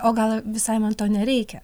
o gal visai man to nereikia